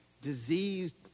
diseased